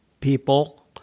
people